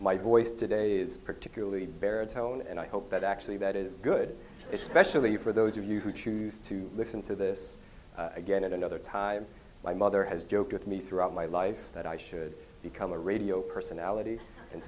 my voice today is particularly baritone and i hope that actually that is good especially for those of you who choose to listen to this again at another time my mother has joked with me throughout my life that i should become a radio personality and